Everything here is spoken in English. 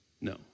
No